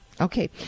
Okay